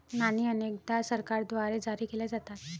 नाणी अनेकदा सरकारद्वारे जारी केल्या जातात